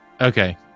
Okay